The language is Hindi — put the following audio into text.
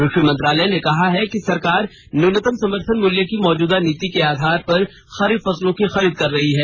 क्रषि मंत्रालय ने कहा है कि सरकार न्यूनतम समर्थन मूल्य की मौजूदा नीति के आधार पर खरीफ फसलों की खरीद कर रही है